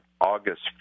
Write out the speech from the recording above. August